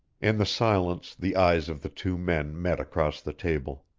in the silence the eyes of the two men met across the table.